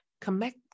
Connect